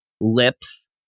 lips